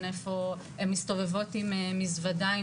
הן מסתובבות עם מזוודה,